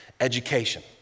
education